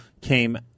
came